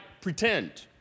Pretend